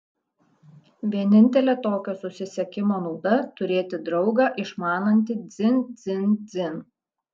vienintelė tokio susisiekimo nauda turėti draugą išmanantį dzin dzin dzin